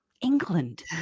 England